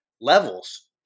levels